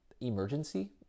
emergency